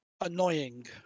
annoying